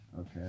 Okay